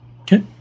Okay